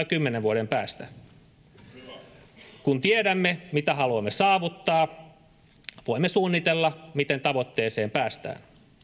kymmenen vuoden päästä kun tiedämme mitä haluamme saavuttaa voimme suunnitella miten tavoitteeseen päästään